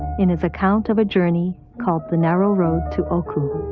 in his account of a journey called the narrow road to oku.